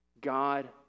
God